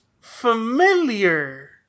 familiar